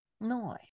No